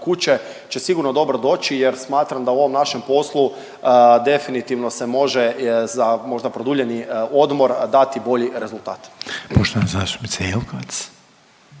kuće će sigurno dobro doći jer smatram da u ovom našem poslu definitivno se može za možda produljeni odmor dati bolji rezultat.